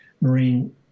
marine